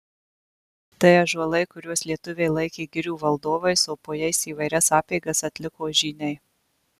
tai ąžuolai kuriuos lietuviai laikė girių valdovais o po jais įvairias apeigas atliko žyniai